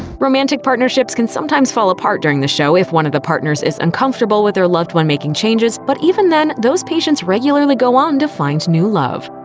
romantic partnerships can sometimes fall apart during the show if one of the partners is uncomfortable with their loved one making changes, but even then, those patients regularly go on to find new love.